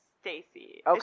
Stacy